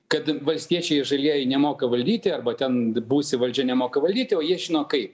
kad valstiečiai ir žalieji nemoka valdyti arba ten buvusi valdžia nemoka valdyti o jie žino kaip